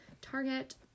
Target